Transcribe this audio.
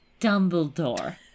Dumbledore